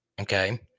okay